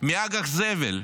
מאג"ח זבל,